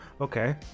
Okay